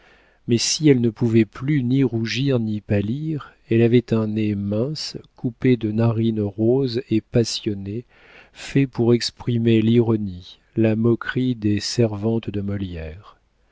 mais si elle ne pouvait plus ni rougir ni pâlir elle avait un nez mince coupé de narines roses et passionnées fait pour exprimer l'ironie la moquerie des servantes de molière